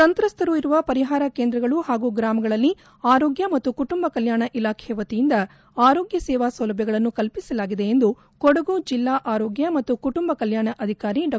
ಸಂತ್ರಸ್ತರು ಇರುವ ಪರಿಹಾರ ಕೇಂದ್ರಗಳು ಹಾಗೂ ಗ್ರಾಮಗಳಲ್ಲಿ ಆರೋಗ್ತ ಮತ್ತು ಕುಟುಂಬ ಕಲ್ತಾಣ ಇಲಾಖೆಯ ವತಿಯಿಂದ ಆರೋಗ್ಯ ಸೇವಾ ಸೌಲಭ್ಯಗಳನ್ನು ಕಲ್ಪಿಸಲಾಗಿದೆ ಎಂದು ಕೊಡಗು ಜಿಲ್ಲಾ ಆರೋಗ್ಯ ಮತ್ತು ಕುಟುಂಬ ಕಲ್ಕಾಣ ಅಧಿಕಾರಿ ಡಾ